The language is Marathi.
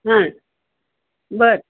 हां बरं